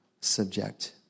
subject